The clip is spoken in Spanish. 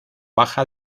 baja